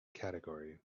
category